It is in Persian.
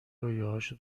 رویاهاشو